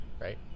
right